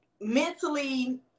mentally